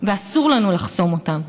ואסור לנו לחסום אותן.